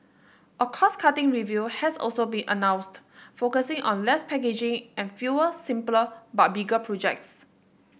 a cost cutting review has also been announced focusing on less packaging and fewer simpler but bigger projects